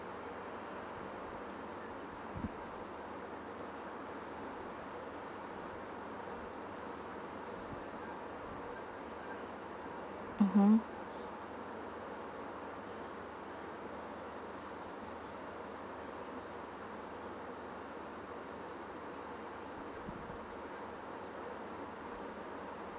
mm hmm